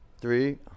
three